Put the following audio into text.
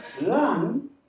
learn